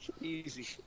Easy